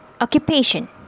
occupation